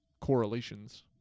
correlations